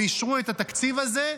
ואישרו את התקציב הזה.